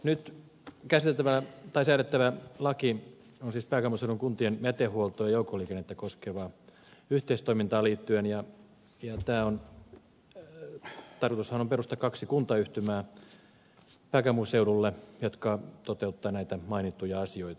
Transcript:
nyt säädettävä laki liittyy siis pääkaupunkiseudun kuntien jätehuoltoa ja joukkoliikennettä koskevaan yhteistoimintaan ja tarkoitushan on perustaa pääkaupunkiseudulle kaksi kuntayhtymää jotka toteuttavat näitä mainittuja asioita